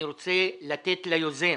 אני רוצה לתת ליוזם,